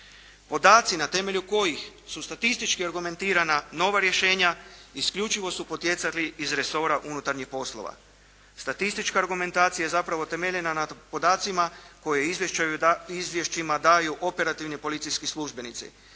Podaci na temelju kojih su statistički argumentirana nova rješenja isključivo su potjecali iz resora unutarnjih poslova. Statistička argumentacija je zapravo temeljena na podacima koje u izvješćima daju operativni policijski službenici.